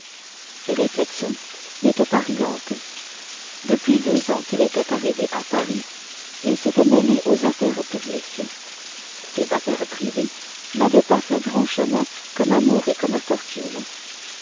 ses réflexions n'étaient pas riantes depuis un an qu'il était arrivé à paris il s'était mêlé aux affaires publiques ses affaires privées n'avaient pas fait grand chemin comme amour et comme fortune